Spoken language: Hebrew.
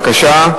בבקשה.